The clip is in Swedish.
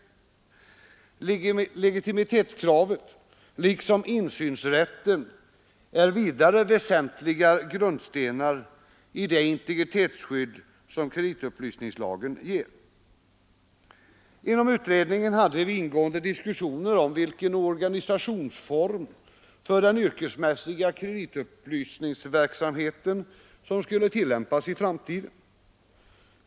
Legitimitetskravet liksom insynsrätten är vidare väsentliga grundstenar i det integritetsskydd som kreditupplysningslagen ger. Inom utredningen hade vi ingående diskussioner om vilken organisationsform för den yrkesmässiga kreditupplysningsverksamheten som skulle tillämpas i framtiden.